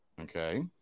Okay